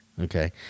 Okay